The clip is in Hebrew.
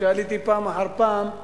כשעליתי פעם אחר פעם,